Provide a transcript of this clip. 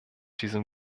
diesem